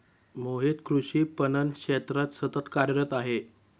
मोहित कृषी पणन क्षेत्रात सतत कार्यरत आहे